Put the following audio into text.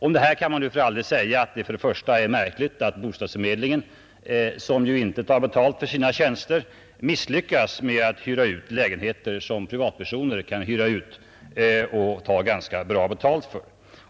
Om detta kan man säga att det för det första är märkligt att bostadsförmedlingen, som inte tar betalt för sina tjänster, misslyckas med att hyra ut lägenheter, som privatpersoner kan hyra ut mot betalning.